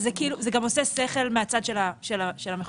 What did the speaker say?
זה גם עושה שכל מהצד של המחוקק.